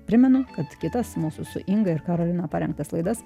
primenu kad kitas mūsų su inga ir karolina parengtas laidas